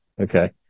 Okay